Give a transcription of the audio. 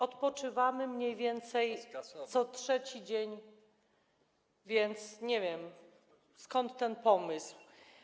Odpoczywamy mniej więcej co 3. dzień, więc nie wiem, skąd ten pomysł.